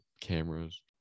cameras